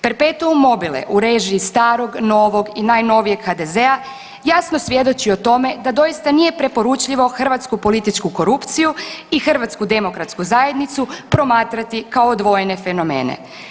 Perpetuum mobile u režiji starog, novog i najnovijeg HDZ-a jasno svjedoči o tome da doista nije preporučljivo hrvatsku političku korupciju i HDZ promatrati kao odvojene fenomene.